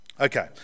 Okay